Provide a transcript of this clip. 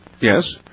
Yes